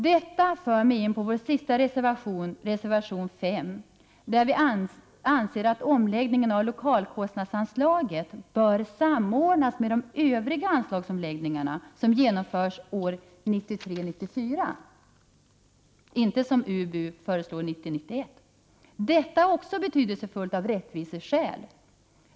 Detta för mig in på reservation nr 5, där vi anser att omläggningen av lokalkostnadsanslag bör samordnas med de övriga anslagsomläggningarna, som genomförs år 1993 91. Detta är också betydelsefullt av rättviseskäl.